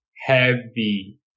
heavy